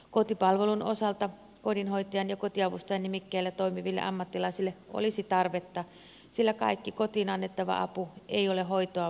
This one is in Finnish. kotipalvelun osalta kodinhoitajan ja kotiavustajan nimikkeellä toimiville ammattilaisille olisi tarvetta sillä kaikki kotiin annettava apu ei ole hoitoa vaativaa